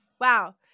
Wow